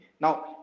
Now